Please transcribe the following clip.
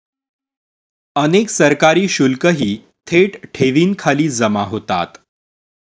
अनेक सरकारी शुल्कही थेट ठेवींखाली जमा होतात